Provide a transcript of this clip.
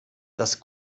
das